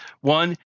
One